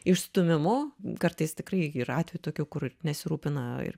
išstūmimu kartais tikrai yra atvejų tokių kur nesirūpina